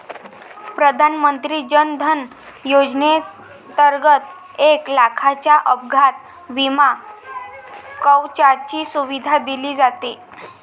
प्रधानमंत्री जन धन योजनेंतर्गत एक लाखाच्या अपघात विमा कवचाची सुविधा दिली जाते